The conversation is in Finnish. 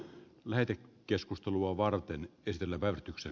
kaikkea hyvää tälle aloitteelle